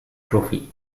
trophy